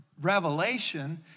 revelation